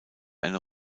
eine